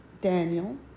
Daniel